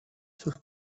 sus